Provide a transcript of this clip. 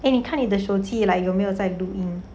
eh 你看你的手机 like 有没有在录音